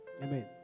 Amen